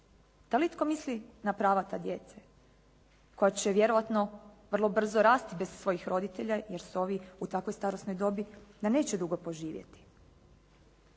Da li itko misli na prava te djece koja će vjerojatno vrlo brzo rasti bez svojih roditelja, jer su ovi u takvoj starosnoj dobi da neće dugo poživjeti.